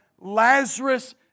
Lazarus